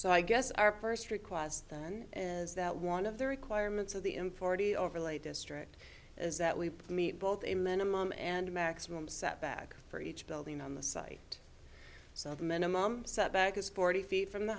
so i guess our first request then is that one of the requirements of the in forty overlay district is that we meet both a minimum and maximum setback for each building on the site so the minimum setback is forty feet from the